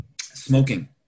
smoking